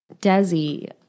Desi